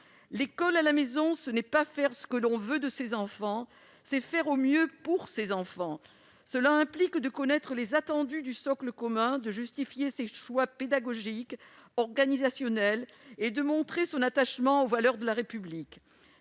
L'école à la maison, ce n'est pas faire ce que l'on veut de ses enfants ; c'est faire au mieux pour ses enfants. Cela implique de connaître les attendus du socle commun, de justifier ses choix pédagogiques et organisationnels, et de montrer son attachement aux valeurs de la République.